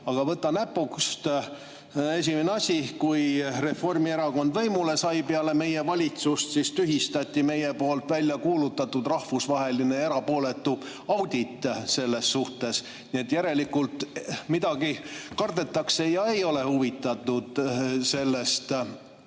Aga võta näpust, esimene asi, kui Reformierakond võimule sai peale meie valitsust, oli see, et tühistati meie poolt välja kuulutatud rahvusvaheline ja erapooletu audit selles suhtes. Nii et järelikult midagi kardetakse ja ei olda sellest